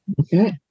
Okay